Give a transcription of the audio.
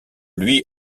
luy